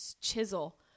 chisel